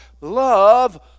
love